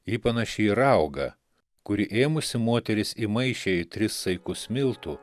ji panaši į raugą kurį ėmusi moteris įmaišė į tris saikus miltų